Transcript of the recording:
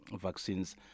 vaccines